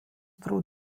through